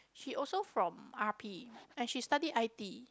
she also from R_P and she study I_T